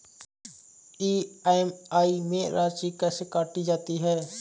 EMI में राशि कैसे काटी जाती है?